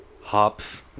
hops